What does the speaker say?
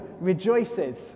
rejoices